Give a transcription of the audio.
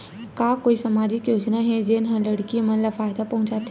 का कोई समाजिक योजना हे, जेन हा लड़की मन ला फायदा पहुंचाथे?